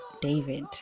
David